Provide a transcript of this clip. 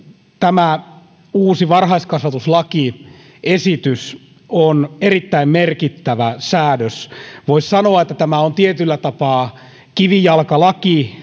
tämä uusi varhaiskasvatuslakiesitys on erittäin merkittävä säädös voisi sanoa että tämä on tietyllä tapaa kivijalkalaki